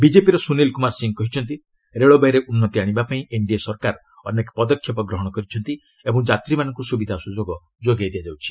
ବିଜେପିର ସୁନୀଲ କୁମାର ସିଂହ କହିଛନ୍ତି ରେଳବାଇରେ ଉନ୍ନତି ଆଣିବା ପାଇଁ ଏନ୍ଡିଏ ସରକାର ଅନେକ ପଦକ୍ଷେପ ଗ୍ରହଣ କରିଛନ୍ତି ଓ ଯାତ୍ରୀମାନଙ୍କୁ ସୁବିଧା ଯୋଗାଇ ଦିଆଯାଉଛି